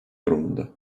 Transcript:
durumunda